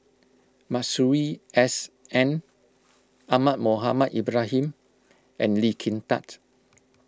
Masuri S N Ahmad Mohamed Ibrahim and Lee Kin Tat